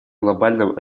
глобальном